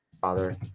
father